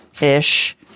ish